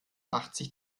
achtzig